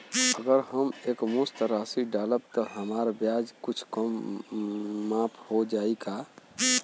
अगर हम एक मुस्त राशी डालब त हमार ब्याज कुछ माफ हो जायी का?